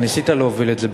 או ניסית להוביל את זה,